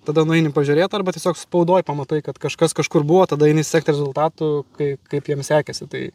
tada nueini pažiūrėt arba tiesiog spaudoj pamatai kad kažkas kažkur buvo tada eini sekti rezultatų kaip kaip jiem sekėsi tai